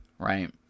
right